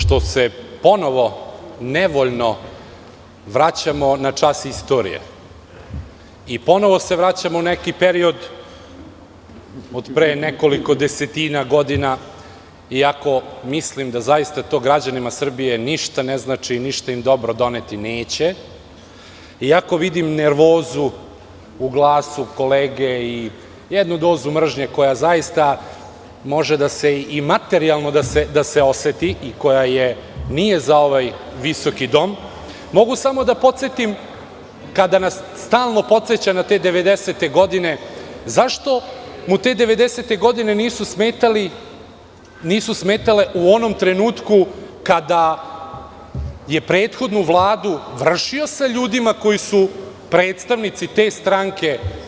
Pošto se ponovo nevoljno vraćamo na čas istorije i ponovo se vraćamo u neki period od pre nekoliko desetina godina, iako mislim da zaista to građanima Srbije ništa ne znači, ništa im dobro doneti neće, iako vidim nervozu u glasu kolege i jednu dozu mržnje koja zaista može da se i materijalno da se oseti i koja nije za ovaj visoki dom, mogu samo da podsetim kada stalno podseća na te 90-te godine, zašto mu te 90-te godine nisu smetale u onom trenutku kada je prethodnu Vladu vršio sa ljudima koji su predstavnici te stranke?